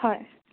হয়